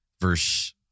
verse